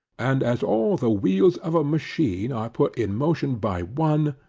and as all the wheels of a machine are put in motion by one,